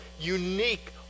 unique